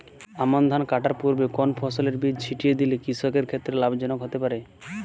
আমন ধান কাটার পূর্বে কোন ফসলের বীজ ছিটিয়ে দিলে কৃষকের ক্ষেত্রে লাভজনক হতে পারে?